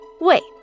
Wait